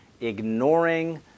ignoring